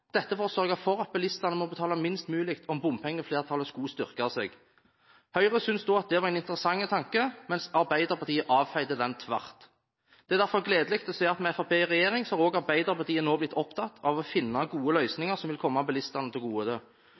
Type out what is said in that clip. dette for å sørge for at bilistene må betale minst mulig om bompengeflertallet skulle styrke seg. Høyre syntes da at det var en interessant tanke, mens Arbeiderpartiet avfeide den tvert. Det er derfor gledelig å se at med Fremskrittspartiet i regjering har også Arbeiderpartiet nå blitt opptatt av å finne gode løsninger som vil komme bilistene til gode. Om det